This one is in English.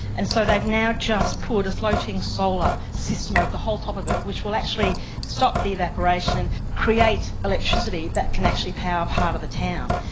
and so they've now just put a floating solar system over the whole top of it which will actually stop the evaporation, create electricity that can actually power part of the town.